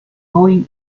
going